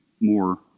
more